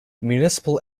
municipal